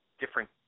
different